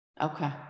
Okay